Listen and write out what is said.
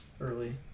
early